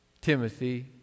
Timothy